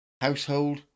household